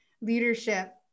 leadership